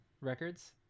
records